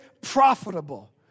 profitable